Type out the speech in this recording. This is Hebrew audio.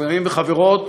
חברים וחברות,